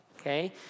okay